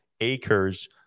acres